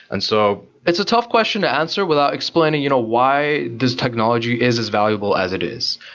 and so it's a tough question to answer without explaining you know why this technology is as valuable as it is.